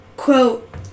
Quote